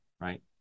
right